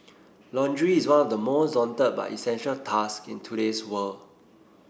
laundry is one of the most daunted but essential task in today's world